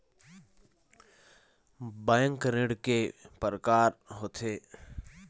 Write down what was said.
Bank ऋण के प्रकार के होथे?